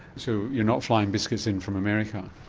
so you're not flying biscuits in from america?